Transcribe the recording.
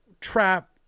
trap